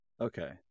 Okay